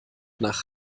nach